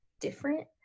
different